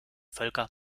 völker